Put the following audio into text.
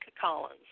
Collins